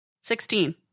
sixteen